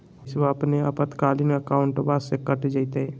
पैस्वा अपने आपातकालीन अकाउंटबा से कट जयते?